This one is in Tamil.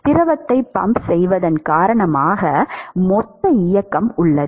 திரவத்தை பம்ப் செய்வதன் காரணமாக மொத்த இயக்கம் உள்ளது